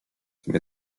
sumie